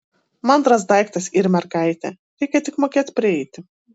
mandras daiktas yr mergaitė reikia tik mokėt prieiti